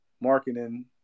Marketing